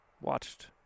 watched